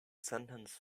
sentence